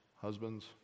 husbands